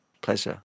Pleasure